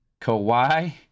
Kawhi